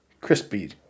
crispy